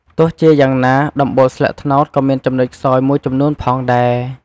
ទោះជាយ៉ាងណា ដំបូលស្លឹកត្នោតក៏មានចំណុចខ្សោយមួយចំនួនផងដែរ។